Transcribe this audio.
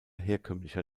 herkömmlicher